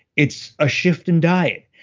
it's a shift in diet,